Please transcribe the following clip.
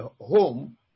home